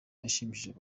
yashimishije